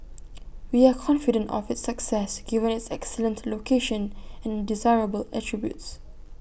we are confident of its success given its excellent location and desirable attributes